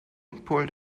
pulled